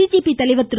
BJP தலைவர் திரு